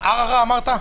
ערערה אמרת?